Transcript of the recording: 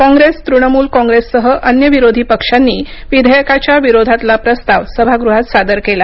काँग्रेस तृणमूल काँग्रेससह अन्य विरोधी पक्षांनी विधेयकाच्या विरोधातला प्रस्ताव सभागृहात सादर केला